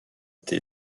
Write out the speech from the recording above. thé